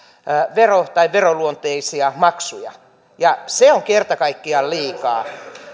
veroja tai veronluonteisia maksuja se on kerta kaikkiaan liikaa